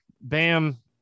Bam